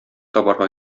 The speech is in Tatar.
табарга